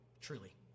truly